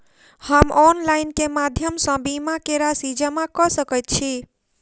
हम ऑनलाइन केँ माध्यम सँ बीमा केँ राशि जमा कऽ सकैत छी?